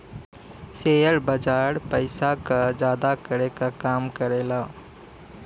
share बाजार पइसा क जादा करे क काम करेला